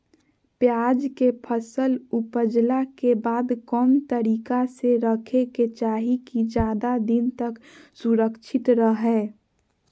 प्याज के फसल ऊपजला के बाद कौन तरीका से रखे के चाही की ज्यादा दिन तक सुरक्षित रहय?